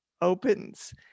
opens